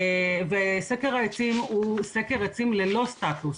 וסקר העצים הוא סקר עצים ללא סטטוס,